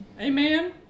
Amen